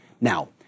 Now